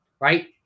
right